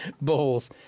bowls